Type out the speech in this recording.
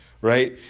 right